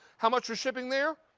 how much is shipping there?